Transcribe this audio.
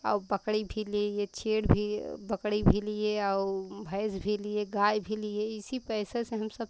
और बकरी भी ले छे भी बकरी भी लिए और भैंस भी लिए गाय भी लिए इसी पैसे से हम सब